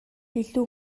илүү